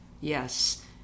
Yes